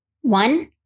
One